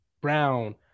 Brown